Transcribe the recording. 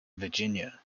virginia